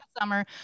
summer